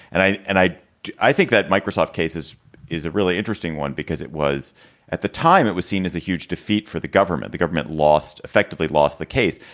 and i and i i think that microsoft case is is a really interesting one, because it was at the time it was seen as a huge defeat for the government. the government lost, effectively lost the case.